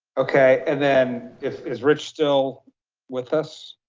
okay, and then is rich still with us?